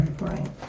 right